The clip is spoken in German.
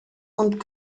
und